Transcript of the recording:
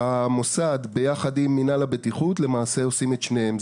המוסד יחד עם מינהל הבטיחות עושים את שניהם.